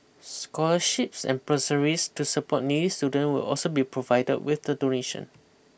scholarships and bursaries to support needy student will also be provided with the donation